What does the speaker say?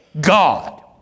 God